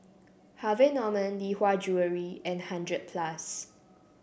Harvey Norman Lee Hwa Jewellery and hundred plus